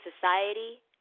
society